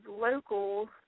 local